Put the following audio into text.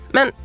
Men